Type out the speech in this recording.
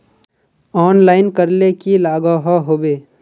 Online करले की लागोहो होबे?